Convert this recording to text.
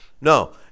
No